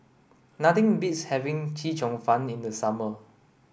nothing beats having Chee Cheong fun in the summer